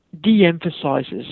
de-emphasizes